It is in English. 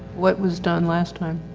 what was done last time?